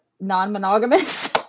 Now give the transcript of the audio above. non-monogamous